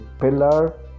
pillar